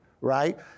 right